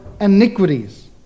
iniquities